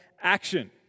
action